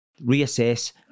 Reassess